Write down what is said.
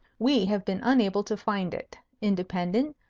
we have been unable to find it. independent,